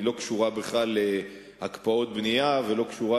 לא קשורה בכלל להקפאות בנייה ולא קשורה